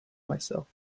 myself